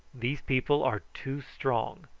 these people are too strong.